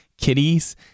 kitties